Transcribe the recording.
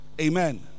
Amen